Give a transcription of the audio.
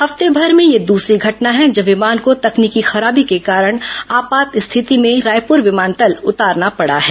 हफ्तेभर में यह दूसरी घटना है जब विमान को तकनीकी खराबी के कारण आपात स्थिति में रायपुर विमानतल उतारना पडा है